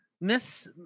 Miss